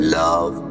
love